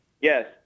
Yes